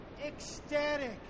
Ecstatic